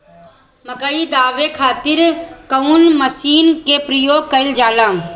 मकई दावे खातीर कउन मसीन के प्रयोग कईल जाला?